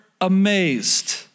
amazed